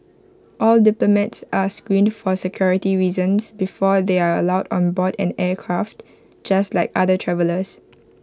all diplomats are screened for security reasons before they are allowed on board an aircraft just like other travellers